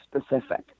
specific